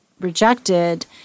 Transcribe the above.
rejected